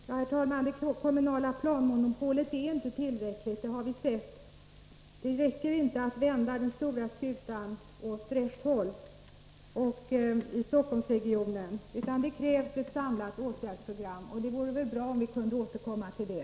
Herr talman! Det kommunala planmonopolet är inte tillräckligt — det har vi sett. Det räcker inte till för att man i Stockholmsregionen skall kunna vända den stora skutan åt rätt håll, utan det krävs ett samlat åtgärdsprogram. Det vore bra om vi kunde återkomma till det.